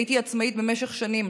הייתי עצמאית במשך שנים.